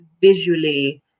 visually